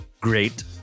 great